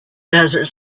desert